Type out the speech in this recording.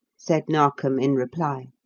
said narkom in reply.